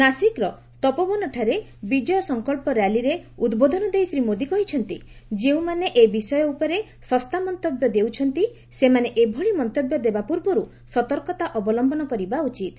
ନାସିକ୍ର ତପୋବନଠାରେ ବିଜୟ ସଂକଳ୍ପ ର୍ୟାଲିରେ ଉଦ୍ବୋଧନ ଦେଇ ଶ୍ରୀ ମୋଦୀ କହିଛନ୍ତି ଯେଉଁମାନେ ଏ ବିଷୟ ଉପରେ ଶସ୍ତା ମନ୍ତବ୍ୟ ଦେଉଛନ୍ତି ସେମାନେ ଏଭଳି ମନ୍ତବ୍ୟ ଦେବା ପୂର୍ବରୁ ସତର୍କତା ଅବଲମ୍ଘନ କରିବା ଉଚିତ୍